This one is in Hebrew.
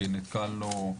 כי נתקלנו,